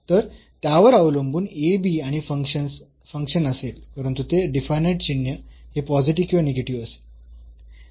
तर त्यावर अवलंबून ab आणि फंक्शन असेल परंतु ते डिफायनाइट चिन्ह हे पॉझिटिव्ह किंवा निगेटिव्ह असेल